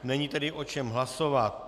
Není tedy o čem hlasovat.